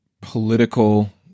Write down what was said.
political